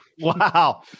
Wow